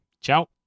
Ciao